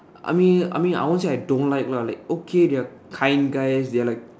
I mean I mean I won't say I don't like lah like okay they are kind guys they are like